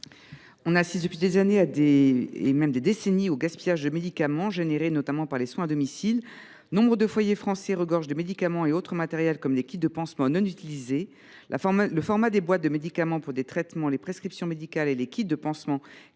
L’on assiste depuis des années, et même depuis des décennies, à un gaspillage de médicaments, du fait notamment des soins à domicile. Nombre de foyers français regorgent de médicaments et autres matériels, comme les kits de pansements non utilisés. Le format des boîtes de médicaments pour des traitements, les prescriptions médicales et les kits de pansements